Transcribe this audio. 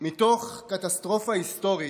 "מתוך קטסטרופה היסטורית,